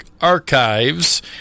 archives